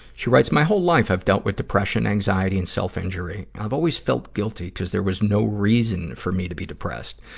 she writes, my whole life, i've dealt with depression, anxiety, and self-injury. i've always felt guilty cuz there was no reason for me to be depressed.